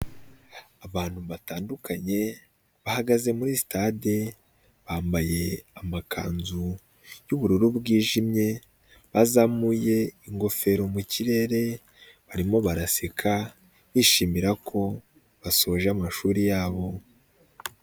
Abantu batandukanye bahagaze muri sitade bambaye amakanzu y'ubururu bwijimye, bazamuye ingofero mu kirere barimo baraseka bishimira ko basoje amashuri yabo.